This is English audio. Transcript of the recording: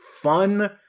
fun